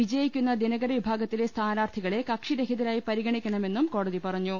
വിജ യിക്കുന്ന ദിനകരവിഭാഗത്തിലെ സ്ഥാനാർത്ഥികളെ കക്ഷിരഹി തരായി പരിഗണിക്കണമെന്നും കോടതി പറഞ്ഞു